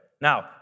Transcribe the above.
Now